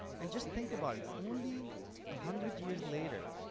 and just think about it, only a hundred years later